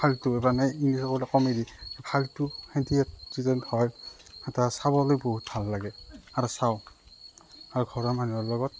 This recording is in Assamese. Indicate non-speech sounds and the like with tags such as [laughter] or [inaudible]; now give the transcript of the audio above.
ফাল্টু মানে ইংলিছত [unintelligible] গ'লে কমেডি ফাল্টু সেইটো ইয়াত যিজন [unintelligible] এটা চাবলৈ বহুত ভাল লাগে আৰু চাওঁ আৰু ঘৰৰ মানুহৰ লগত